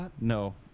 No